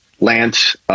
Lance